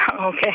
Okay